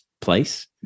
place